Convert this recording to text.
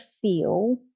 feel